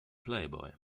playboy